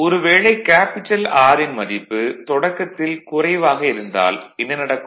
ஒரு வேளை R ன் மதிப்பு தொடக்கத்தில் குறைவாக இருந்தால் என்ன நடக்கும்